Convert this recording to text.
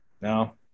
Now